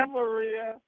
Maria